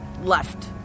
left